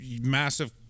massive